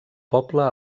poble